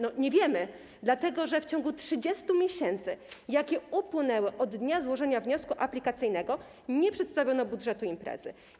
Nie wiemy, dlatego że w ciągu 30 miesięcy, jakie upłynęły od dnia złożenia wniosku aplikacyjnego, nie przedstawiono budżetu imprezy.